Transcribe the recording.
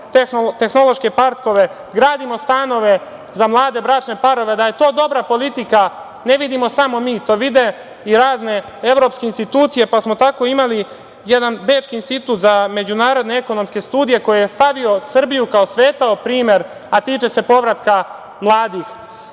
tehnološke parkove, gradimo stanove za mlade bračne parove. Da je to dobra politika ne vidimo samo mi, to vide i razne evropske institucije, pa smo tako imali jedan bečki institut za međunarodne ekonomske studije koji je stavio Srbiju kao svetao primer, a tiče se povratka mladih. Najveći